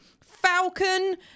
Falcon